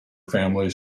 family